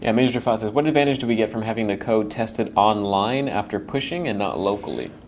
and majordefad says, what advantage do we get from having the code tested online after pushing and not locally?